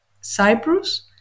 Cyprus